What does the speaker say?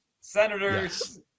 Senators